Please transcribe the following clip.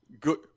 good